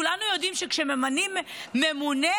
כולנו יודעים שכשממנים ממונה,